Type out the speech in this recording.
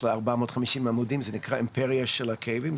זה נקרא אימפריה של הכאבים.